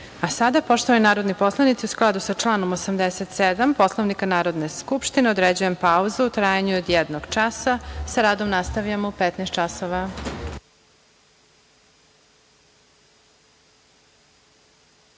skupštine. Poštovani narodni poslanici, u skladu sa članom 87. Poslovnika Narodne skupštine, određujem pauzu u trajanju od jednog časa. Sa radom nastavljamo u 15.00